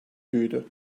büyüdü